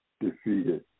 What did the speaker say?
defeated